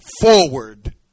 forward